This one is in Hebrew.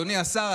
אדוני השר,